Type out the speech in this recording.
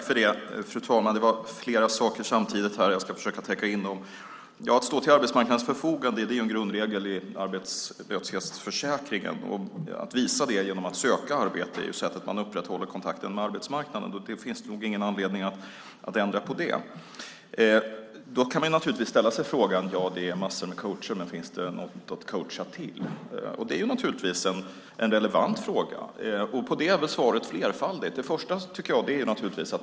Fru talman! Det var flera saker som togs upp samtidigt. Jag ska försöka täcka in dem. Att stå till arbetsmarknaden förfogande är en grundregel i arbetslöshetsförsäkringen. Att visa det genom att söka arbete är det sätt på vilket man upprätthåller kontakten med arbetsmarknaden. Det finns nog ingen anledning att ändra på det. Man kan naturligtvis säga: Ja, det finns massor med coacher, men finns det något att coacha till? Det är en relevant fråga, och svaret är nog flerfaldigt.